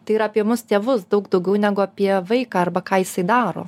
tai yra apie mus tėvus daug daugiau negu apie vaiką arba ką jisai daro